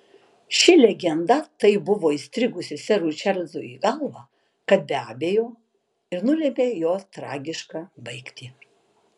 ši legenda taip buvo įstrigusi serui čarlzui į galvą kad be abejo ir nulėmė jo tragišką baigtį